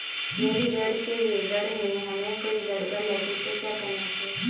यदि ऋण के विवरण में हमें कोई गड़बड़ लगे तो क्या करना चाहिए?